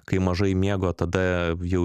kai mažai miego tada jau